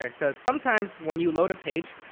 because sometimes when you load a page,